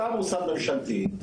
אתה מוסד ממשלתי,